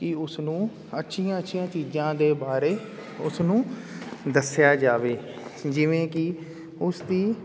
ਕਿ ਉਸ ਨੂੰ ਅੱਛੀਆਂ ਅੱਛੀਆਂ ਚੀਜ਼ਾਂ ਦੇ ਬਾਰੇ ਉਸਨੂੰ ਦੱਸਿਆ ਜਾਵੇ ਜਿਵੇਂ ਕਿ ਉਸ ਦੀ